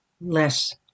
less